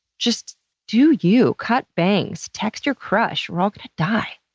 just do you. cut bangs. text your crush. we're all gonna die.